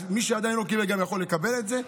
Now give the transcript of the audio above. אז מי שעדיין לא קיבל, יכול גם לקבל את זה.